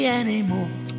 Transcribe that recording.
anymore